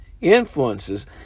influences